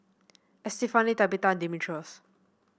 Estefany Tabitha Dimitrios